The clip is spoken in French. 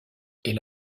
est